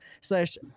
slash